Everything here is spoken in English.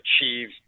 achieve